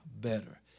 better